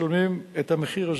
משלמים את המחיר הזה.